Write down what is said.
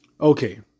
Okay